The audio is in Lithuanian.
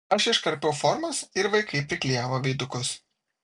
aš iškarpiau formas ir vaikai priklijavo veidukus